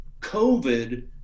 COVID